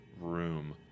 room